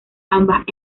ambas